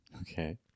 Okay